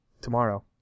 tomorrow